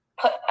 put